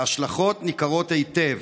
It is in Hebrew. וההשלכות ניכרות היטב,